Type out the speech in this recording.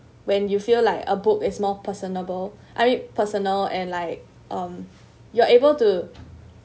when you feel like a book is more personable I mean personnel and like um you're able to